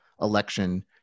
election